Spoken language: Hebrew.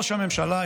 ראש הממשלה,